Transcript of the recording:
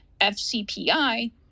fcpi